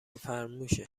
فرموشه